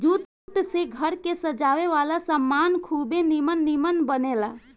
jute से घर के सजावे वाला सामान खुबे निमन निमन बनेला